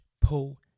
pull